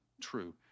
true